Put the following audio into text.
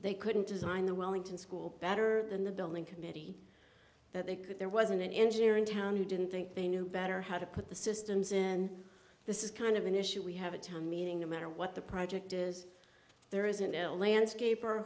they couldn't design the wellington school better than the building committee that they could there wasn't an engineer in town who didn't think they knew better how to put the systems in this is kind of an issue we have a town meeting no matter what the project is there isn't a landscap